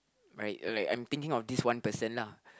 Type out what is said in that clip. right like I'm thinking of this one person lah